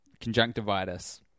Conjunctivitis